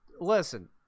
listen